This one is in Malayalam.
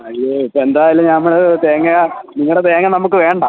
അയ്യോ ഇപ്പോൾ എന്തായാലും നമ്മൾ തേങ്ങ നിങ്ങളുടെ തേങ്ങ നമുക്ക് വേണ്ട